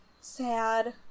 sad